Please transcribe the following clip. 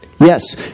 Yes